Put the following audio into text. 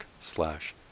slash